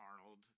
Arnold